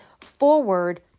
forward